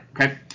okay